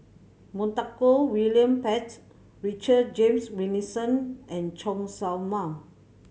Montague William Pett Richard James Wilkinson and Chen Show Mao